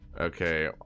Okay